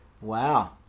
Wow